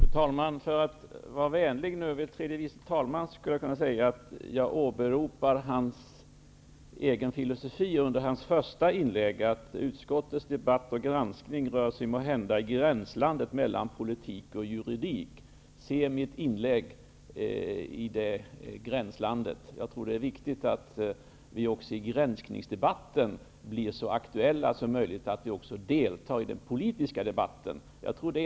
Fru talman! För att vara vänlig mot tredje vice talman vill jag säga att jag åberopade hans egen filosofi som han gav uttryck för i sitt första inlägg, dvs. att utskottets debatt och granskning måhända rör sig i gränslandet mellan politik och juridik. Se mitt inlägg med utgångspunkt från detta gränsland! Det är viktigt att vi i granskningsdebatten är så aktuella som möjligt, att vi också deltar i den politiska debatten.